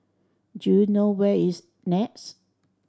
do you know where is NEX